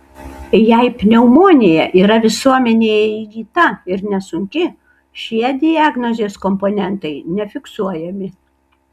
jei pneumonija yra visuomenėje įgyta ir nesunki šie diagnozės komponentai nefiksuojami